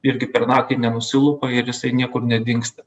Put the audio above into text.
irgi per naktį nenusilupa ir jisai niekur nedingsta